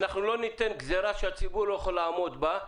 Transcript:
אנחנו לא ניתן גזירה שהציבור לא יכול לעמוד בה.